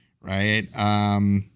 right